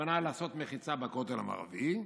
הכוונה לעשות מחיצה בכותל המערבי,